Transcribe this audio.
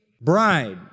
bride